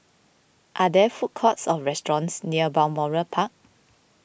are there food courts or restaurants near Balmoral Park